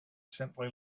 simply